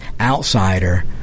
outsider